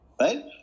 Right